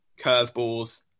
curveballs